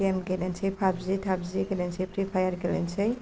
game गेलेनोसै PUBG थाबजि गेलेनोसै फ्रिफायार गेलेनोसै